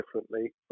differently